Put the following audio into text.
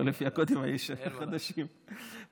לא לפי הקודים החדשים בכנסת.